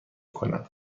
کنم